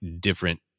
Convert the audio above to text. different